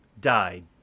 died